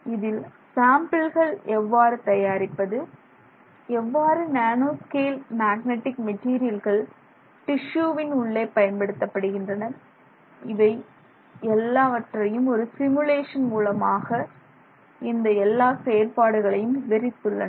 இதில் சாம்பிள்களை எவ்வாறு தயாரிப்பது எவ்வாறு நேனோ ஸ்கேல் மேக்னெட்டிக் மெட்டீரியல்கள் டிஸ்யூவின் உள்ளே பயன்படுத்தப்படுகின்றன இவை எல்லாவற்றையும் ஒரு சிமுலேஷன் மூலமாக இந்த எல்லா செயல்பாடுகளையும் விவரித்துள்ளனர்